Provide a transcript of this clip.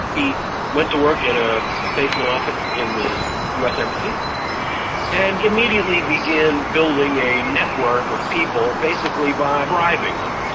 he went to work in a basement office in the us embassy and immediately began building a network of people, basically by bribing them.